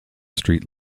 street